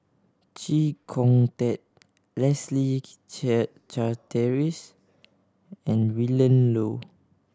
Chee Kong Tet Leslie Charteris and Willin Low